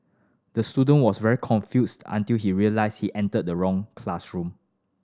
the student was very confused until he realised he entered the wrong classroom